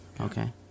Okay